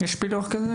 יש פילוח?